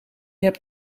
hebt